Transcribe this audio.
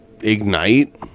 ignite